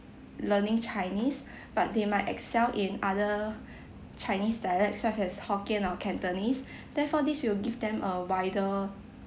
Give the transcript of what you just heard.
learning chinese but they might excel in other chinese dialect such as hokkien or cantonese therefore this will give them a wider